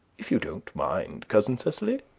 if you don't mind, cousin cecily.